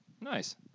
nice